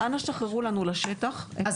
אנא שחררו לנו לשטח את המכשירים.